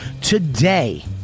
Today